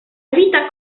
vita